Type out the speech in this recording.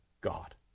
God